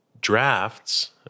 drafts